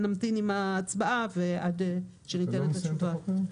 נמתין עם ההצבעה עד שניתן תשובה.